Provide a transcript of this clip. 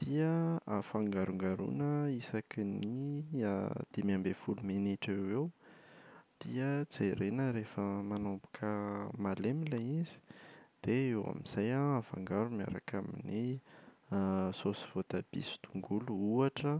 Dia afangarongaroana isaky ny dimy ambin’ny folo minitra eoeo, dia jerena rehefa manomboka malemy ilay izy dia eo amin’izay an, afangaro miaraka amin’ny saosy voatabia sy tongolo ohatra